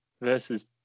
versus